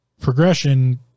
progression